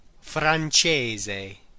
Francese